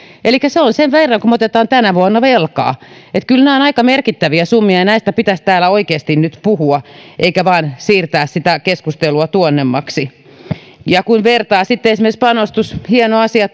elikkä se on sen verran kuin me otamme tänä vuonna velkaa kyllä nämä ovat aika merkittäviä summia ja näistä pitäisi täällä oikeasti nyt puhua eikä vain siirtää sitä keskustelua tuonnemmaksi ja kun vertaa esimerkiksi takuueläkkeeseen panostamiseen hieno asia